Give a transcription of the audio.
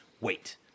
wait